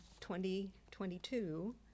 2022